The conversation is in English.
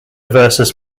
versus